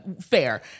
Fair